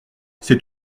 c’est